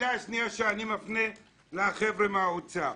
השאלה השנייה שאני מפנה לחבר'ה מהאוצר,